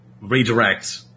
redirect